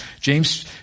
James